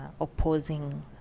opposing